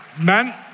Men